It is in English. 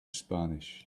spanish